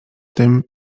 tym